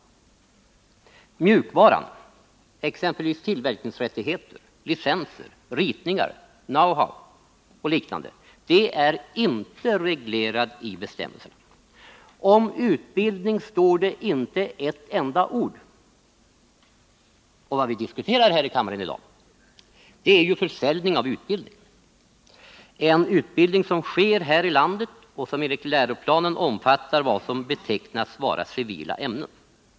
Mjukvaran, exempelvis tillverkningsrättigheter, ritningar, know-how och liknande, är inte reglerad i bestämmelserna. Om utbildning står inte ett enda ord. Och vad vi diskuterar här i kammaren i dag är ju försäljning av utbildning, en utbildning som sker här i landet och som enligt läroplanen omfattar vad som betecknas vara ”civila” ämnen.